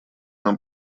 нам